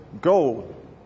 gold